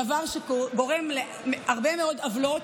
דבר שגורם להרבה מאוד עוולות.